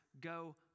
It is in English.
go